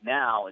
now